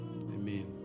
Amen